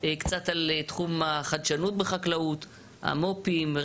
תחום החדשנות בחקלאות המו"פים,